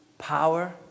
Power